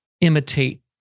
imitate